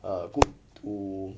uh good to